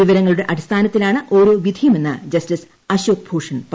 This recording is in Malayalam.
വിവരങ്ങളുടെ അടിസ്ഥാനത്തിലാണു ഓരോ വിധിയുമെന്നു ജസ്റ്റിസ് അശോക് ഭൂഷൺ പറഞ്ഞു